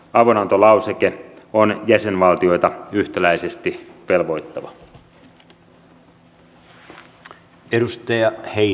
avunantolauseke on jäsenvaltioita yhtäläisesti velvoittava